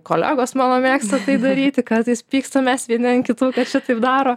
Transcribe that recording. kolegos mano mėgsta tai daryti kartais pykstamės vieni kitų kad šitaip daro